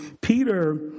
Peter